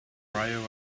pryor